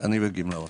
אני בגמלאות.